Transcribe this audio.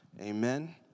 amen